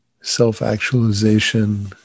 self-actualization